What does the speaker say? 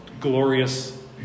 glorious